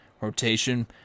rotation